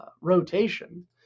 rotation